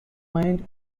mind